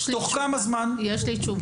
תוך כמה זמן --- יש לי תשובה.